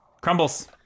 Crumbles